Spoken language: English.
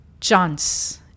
chance